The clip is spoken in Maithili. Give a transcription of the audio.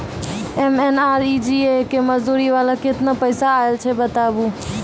एम.एन.आर.ई.जी.ए के मज़दूरी वाला केतना पैसा आयल छै बताबू?